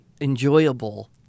enjoyable